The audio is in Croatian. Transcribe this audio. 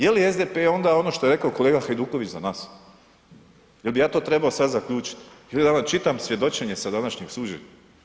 Jeli SDP onda ono što je rekao kolega Hajduković za nas, jel bi ja to trebao sada zaključiti ili da vam čitam svjedočenje sa današnjeg suđenja?